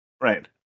Right